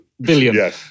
billion